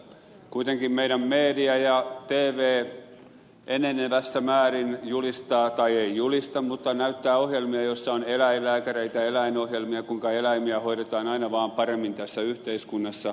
kuitenkin meidän mediamme ja tvmme enenevässä määrin julistaa tai ei julista mutta näyttää ohjelmia joissa on eläinlääkäreitä eläinohjelmia kuinka eläimiä hoidetaan aina vaan paremmin tässä yhteiskunnassa